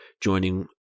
joining –